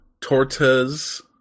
tortas